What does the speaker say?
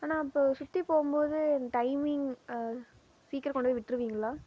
ஆனால் அப்போ சுற்றி போகும்போது டைமிங் சீக்கிரம் கொண்டு போய் விட்டுருவீங்களா